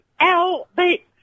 L-B